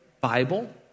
Bible